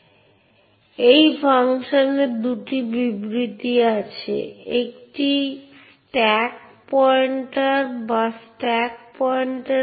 এখন আমরা ইউনিক্স এবং লিনাক্স সিস্টেমের বিভিন্ন অবজেক্টের দিকে তাকাব এবং আমরা দেখব কিভাবে বিভিন্ন অবজেক্টের জন্য বিভিন্ন অ্যাক্সেস কন্ট্রোল নীতিগুলি একটি সাধারণ ইউনিক্স সিস্টেমে পরিচালিত হয়